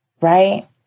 right